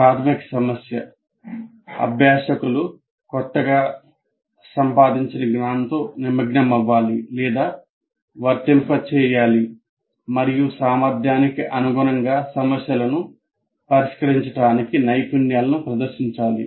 ప్రాధమిక సమస్య అభ్యాసకులు కొత్తగా సంపాదించిన జ్ఞానంతో నిమగ్నమవ్వాలి లేదా వర్తింపజేయాలి మరియు సామర్థ్యానికి అనుగుణంగా సమస్యలను పరిష్కరించడానికి నైపుణ్యాలను ప్రదర్శించాలి